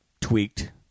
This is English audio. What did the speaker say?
tweaked